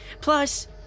Plus